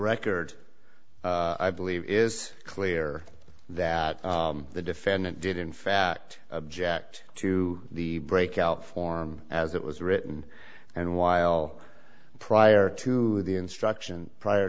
record i believe is clear that the defendant did in fact object to the breakout form as it was written and while prior to the instruction prior